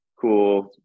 cool